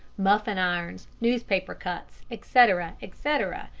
muffin-irons, newspaper cuts, etc, etc,